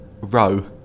Row